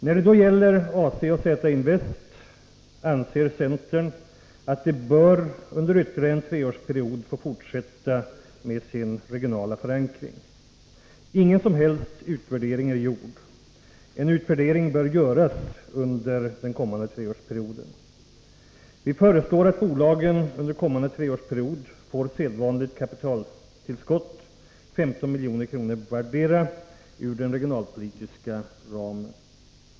När det gäller AC-Invest och Z-Invest anser centern att de bör under ytterligare en treårsperiod få fortsätta med sin regionala förankring. Ingen som helst utvärdering är gjord. En utvärdering bör då göras under denna treårsperiod. Vi föreslår att bolagen under kommande treårsperiod får sedvanligt kapitaltillskott — 15 milj.kr. vardera — ur den regionalpolitiska ramen.